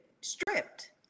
stripped